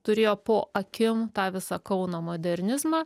turėjo po akim tą visą kauno modernizmą